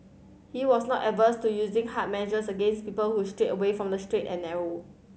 he was not averse to using harder measures against people who strayed away from the straight and narrow